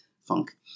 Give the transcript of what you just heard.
funk